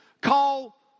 call